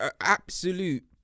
absolute